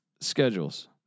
schedules